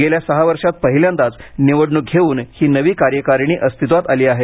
गेल्या सहा वर्षात पहिल्यांदाच निवडण्रक घेऊन ही नवी कार्यकारीणी अस्तित्वात आली आहे